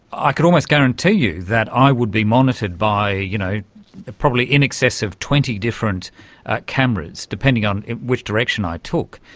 i could almost guarantee you that i would be monitored by you know a probably in excess of twenty different cameras, depending on which direction i took.